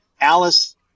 Alice